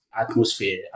atmosphere